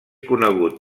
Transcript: conegut